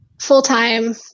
full-time